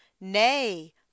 nay